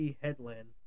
headland